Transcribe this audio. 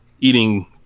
eating